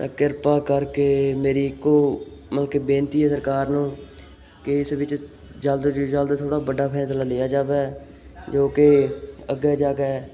ਤਾਂ ਕਿਰਪਾ ਕਰਕੇ ਮੇਰੀ ਇੱਕੋ ਮਤਲਬ ਕਿ ਬੇਨਤੀ ਹੈ ਸਰਕਾਰ ਨੂੰ ਕਿ ਇਸ ਵਿੱਚ ਜਲਦ ਤੋਂ ਜਲਦ ਥੋੜ੍ਹਾ ਵੱਡਾ ਫੈਸਲਾ ਲਿਆ ਜਾਵੇ ਜੋ ਕਿ ਅੱਗੇ ਜਾ ਕੇ